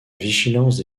vigilance